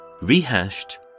rehashed